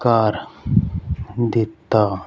ਕਰ ਦਿੱਤਾ